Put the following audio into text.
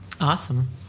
awesome